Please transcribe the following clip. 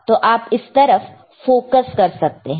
तो आप इस तरफ फोकस कर सकते हैं